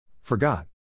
Forgot